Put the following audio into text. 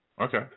okay